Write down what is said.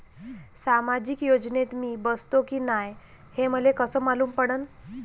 सामाजिक योजनेत मी बसतो की नाय हे मले कस मालूम पडन?